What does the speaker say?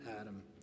Adam